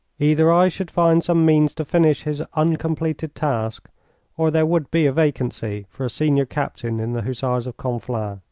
either i should find some means to finish his uncompleted task or there would be a vacancy for a senior captain in the hussars of conflans.